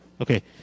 Okay